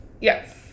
Yes